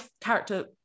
character